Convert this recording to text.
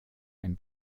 ein